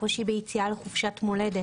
קושי ביציאה לחופשת מולדת